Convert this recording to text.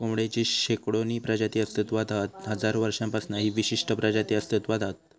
कोंबडेची शेकडोनी प्रजाती अस्तित्त्वात हत हजारो वर्षांपासना ही विशिष्ट प्रजाती अस्तित्त्वात हत